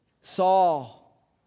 Saul